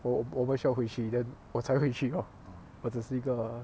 我我们需要回去 then 我才回去 lor 我只是一个